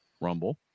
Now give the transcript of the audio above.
Rumble